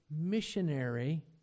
missionary